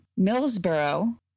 Millsboro